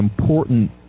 important